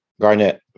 Garnett